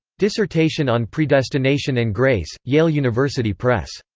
dissertation on predestination and grace, yale university press.